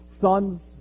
sons